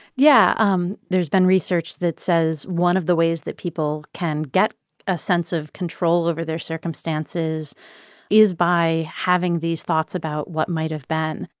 yeah. um there's been research that says one of the ways that people can get a sense of control over their circumstances is by having these thoughts about what might have been.